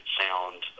sound